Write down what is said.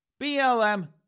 BLM